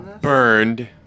Burned